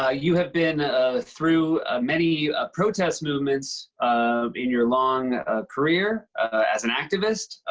ah you have been through many protest movements in your long career as an activist.